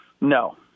No